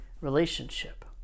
relationship